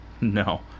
No